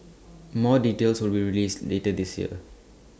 more details will be released later this year